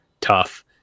tough